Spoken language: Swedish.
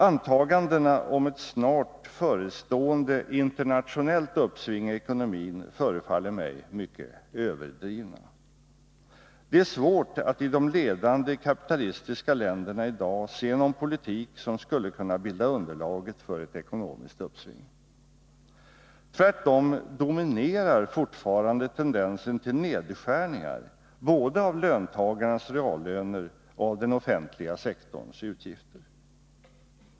Antagandena om ett snart förestående internationellt uppsving i ekonomin förefaller mig mycket överdrivna. Det är svårt att i de ledande kapitalistiska länderna i dag se någon politik som skulle kunna bilda underlaget för ett ekonomiskt uppsving. Tvärtom dominerar fortfarande tendensen till nedskärningar både av löntagarnas reallöner och av den offentliga sektorns utgifter.